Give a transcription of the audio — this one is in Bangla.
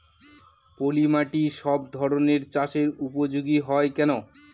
পলিমাটি সব ধরনের চাষের উপযোগী হয় কেন?